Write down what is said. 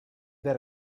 that